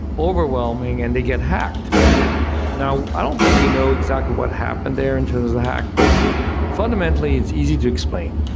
overwhelming and they get hacked now i don't think we know exactly what happened there in terms of ah hack, but fundamentally it's easy to explain.